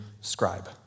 scribe